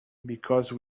because